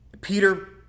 Peter